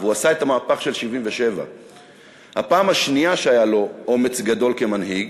והוא עשה את המהפך של 1977. הפעם השנייה שהיה לו אומץ גדול כמנהיג,